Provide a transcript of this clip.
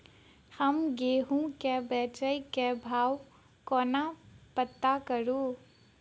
हम गेंहूँ केँ बेचै केँ भाव कोना पत्ता करू?